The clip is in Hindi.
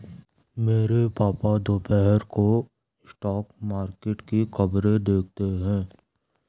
मेरे पापा दोपहर को टीवी पर स्टॉक मार्केट की खबरें देखते हैं